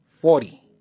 forty